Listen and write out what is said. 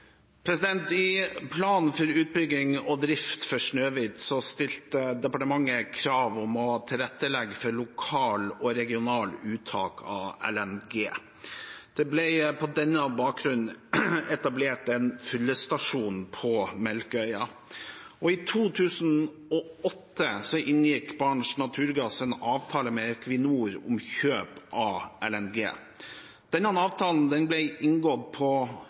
I planen for utbygging og drift av Snøhvit stilte departementet krav om å tilrettelegge for lokalt og regionalt uttak av LNG. Det ble på denne bakgrunn etablert en fyllestasjon på Melkøya. I 2008 inngikk Barents Naturgass en avtale med Equinor om kjøp av LNG. Denne avtalen ble inngått på